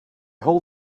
hold